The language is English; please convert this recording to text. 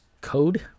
code